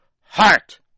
heart